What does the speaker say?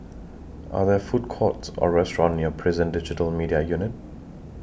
Are There Food Courts Or restaurants near Prison Digital Media Unit